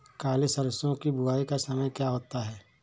काली सरसो की बुवाई का समय क्या होता है?